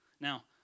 Now